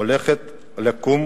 הולכת לקום